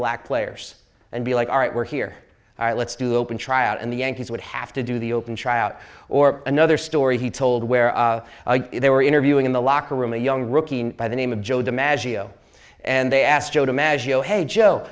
black players and be like all right we're here let's do open tryout and the yankees would have to do the open tryout or another story he told where they were interviewing in the locker room a young rookie by the name of joe dimaggio and they asked joe dimaggio hey joe